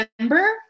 remember